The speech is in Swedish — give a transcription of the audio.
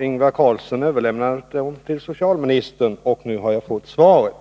Ingvar Carlsson har överlämnat dem till socialministern, och nu har jag fått svaret.